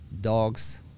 dogs